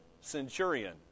centurion